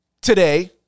today